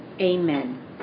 Amen